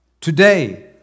Today